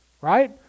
Right